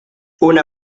una